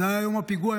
זה היה יום הפיגוע,